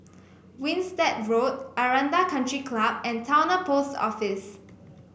Winstedt Road Aranda Country Club and Towner Post Office